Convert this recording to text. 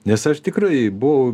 nes aš tikrai buvau